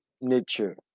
nature